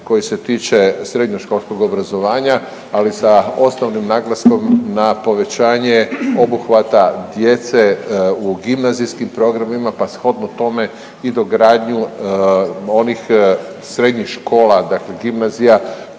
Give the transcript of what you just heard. koji se tiče srednjoškolskog obrazovanja, ali sa osnovnim naglaskom na povećanje obuhvata djece u gimnazijskim programima, pa shodno tome i dogradnju onih srednjih škola, dakle gimnazija